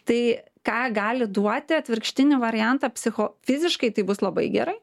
tai ką gali duoti atvirkštinį variantą psicho fiziškai tai bus labai gerai